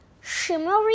shimmery